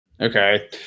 Okay